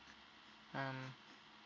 um